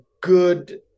good